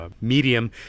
medium